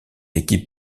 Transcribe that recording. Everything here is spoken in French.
l’équipe